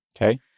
Okay